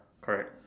correct